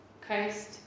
Christ